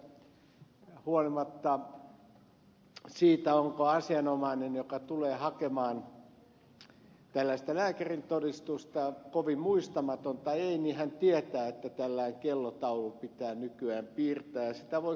yleensä huolimatta siitä onko asianomainen joka tulee hakemaan lääkärintodistusta kovin muistamaton tai ei niin hän tietää että tällainen kellotaulu pitää nykyään piirtää ja sitä voi kotonakin vähän ikään kuin treenata